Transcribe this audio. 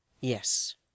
Yes